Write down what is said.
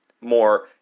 more